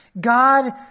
God